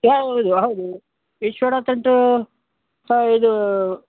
ಯಾವುದು ಹೌದು ವಿಶ್ವವಡತಂತೂ ಇದು